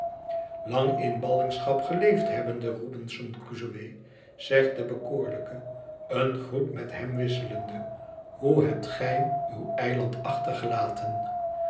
lang in ballingschap geleefd hebbende robinson crusoë zegt de bekoorlijke een groet met hem wisselende hoe hebt gij uw eiland achtergelaten